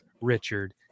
Richard